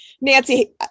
Nancy